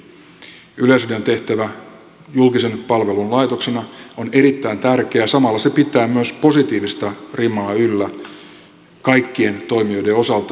yleisradion tehtävä julkisen palvelun laitoksena on erittäin tärkeä ja samalla se pitää myös positiivista rimaa yllä kaikkien toimijoiden osalta